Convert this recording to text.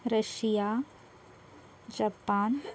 Russia Japan